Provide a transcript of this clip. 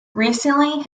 recently